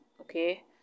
okay